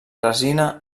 resina